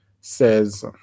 says